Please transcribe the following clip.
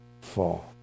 fall